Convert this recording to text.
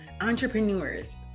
entrepreneurs